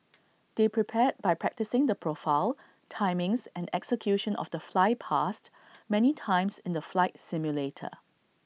they prepared by practising the profile timings and execution of the flypast many times in the flight simulator